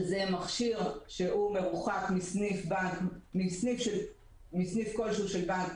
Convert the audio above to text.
זה מכשיר שמרוחק מסניף כלשהו של בנק